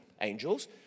angels